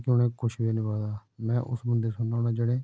क्योंकि उनें कुछ बी हन्नी पता में उस बंदे दी सुनना हुन्ना जेह्ड़े